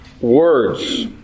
words